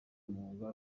umwuga